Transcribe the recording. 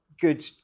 good